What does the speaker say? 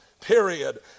period